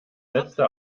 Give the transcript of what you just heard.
letzte